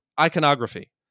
iconography